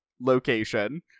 location